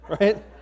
right